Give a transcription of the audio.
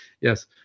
Yes